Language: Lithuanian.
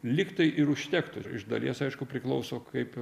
lyg tai ir užtektų iš dalies aišku priklauso kaip